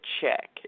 check